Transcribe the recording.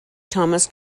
thomas